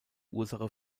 ursache